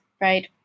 right